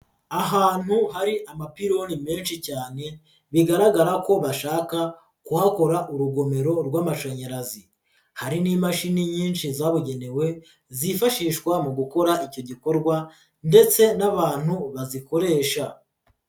Ahantu hari amapironi menshi cyane bigaragara ko bashaka kuhakora urugomero rw'amashanyarazi, hari n'imashini nyinshi zabugenewe zifashishwa mu gukora icyo gikorwa ndetse n'abantu bazikoresha.